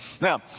Now